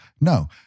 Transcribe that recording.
No